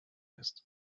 ist